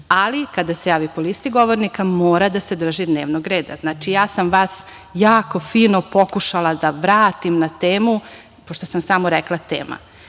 ali kada se javi po listi govornika mora da se drži dnevnog reda. Znači, ja sam vas jako fino pokušala da vratim na temu, pošto sam samo rekla